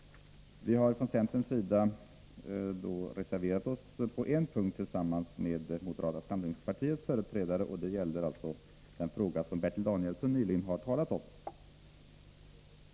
Vi har från centern reserverat oss på en punkt, tillsammans med moderaternas företrädare, nämligen beträffande den fråga som Bertil Danielsson nyss har talat om.